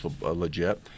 legit